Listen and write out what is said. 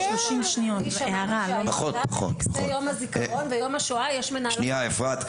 גם לפני יום הזיכרון ויום השואה יש מנהלים ש- -- שניה אפרת.